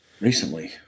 recently